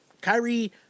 Kyrie